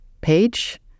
page